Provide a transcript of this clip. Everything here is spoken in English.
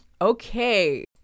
Okay